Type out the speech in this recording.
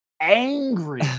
angry